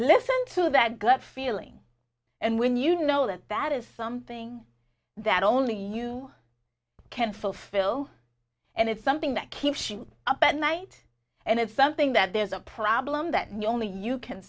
listen to that gut feeling and when you know that that is something that only you can fulfill and it's something that keeps you up at night and it's something that there's a problem that only you can